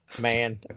Man